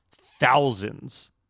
thousands